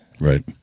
Right